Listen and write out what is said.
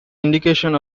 indication